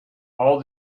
all